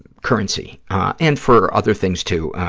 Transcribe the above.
currency and for other things, too.